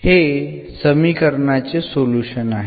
हे समीकरणाचे सोल्युशन आहे